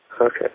Okay